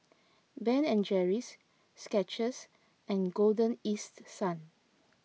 Ben at Jerry's Skechers and Golden East Sun